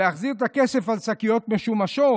להחזיר את הכסף על שקיות משומשות,